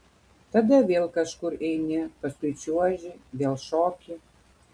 tada vėl kažkur eini paskui čiuoži vėl šoki